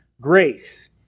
grace